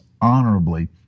honorably